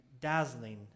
dazzling